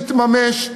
יתממש,